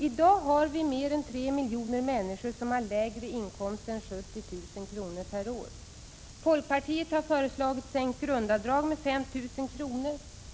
I dag har mer än 3 miljoner människor lägre inkomst än 70 000 kr. per år. Folkpartiet har föreslagit sänkt grundavdrag med 5 000 kr.